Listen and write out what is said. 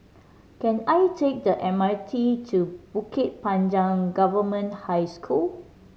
can I take the M R T to Bukit Panjang Government High School